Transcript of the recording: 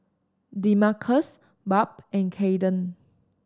Demarcus Barb and Kaiden